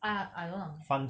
ah I don't know